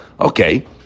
Okay